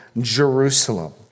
Jerusalem